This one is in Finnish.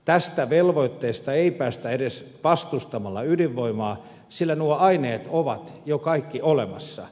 tästä velvoitteesta ei päästä edes vastustamalla ydinvoimaa sillä nuo aineet ovat jo kaikki olemassa